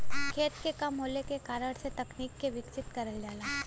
खेत के कम होले के कारण से तकनीक के विकसित करल जाला